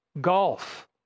Golf